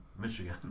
Michigan